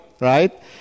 right